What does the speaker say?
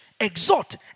exhort